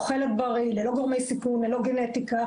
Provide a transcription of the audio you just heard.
אוכלת בריא ללא גורמי סיכון או גנטיקה,